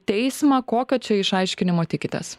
teismą kokio čia išaiškinimo tikitės